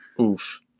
Oof